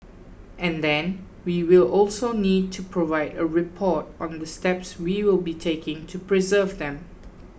and then we will also need to provide a report on the steps we will be taking to preserve them